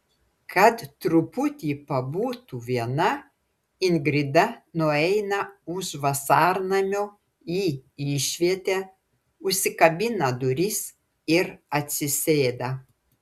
kad truputį pabūtų viena ingrida nueina už vasarnamio į išvietę užsikabina duris ir atsisėda